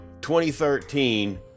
2013